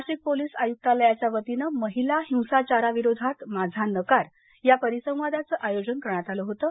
Nashik police आयुक्तालयाच्या वतीनं महिला हिंसाचाराविरोधात माझा नकार या परिसंवादाचं आयोजन करण्यात आलं होतं